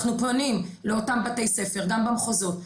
אנחנו פונים לאותם בתי ספר גם במחוזות,